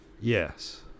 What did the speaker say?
yes